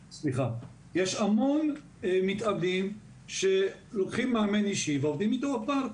יש המון מתאמנים שלוקחים מאמן אישי ועובדים איתו בפארק.